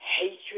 hatred